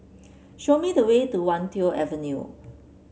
show me the way to Wan Tho Avenue